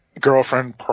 girlfriend